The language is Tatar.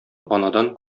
анадан